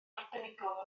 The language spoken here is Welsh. arbenigol